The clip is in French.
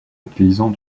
utilisant